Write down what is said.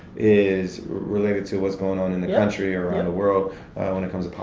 is related to what's going on in the country or around the world when it comes